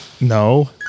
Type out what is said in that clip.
No